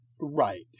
Right